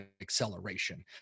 acceleration